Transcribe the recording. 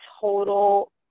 total